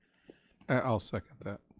i'll second that.